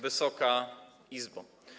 Wysoka Izbo!